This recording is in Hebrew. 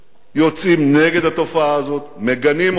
יוצאים נגד התופעה הזאת, מגנים אותה.